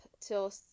till